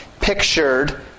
pictured